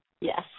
Yes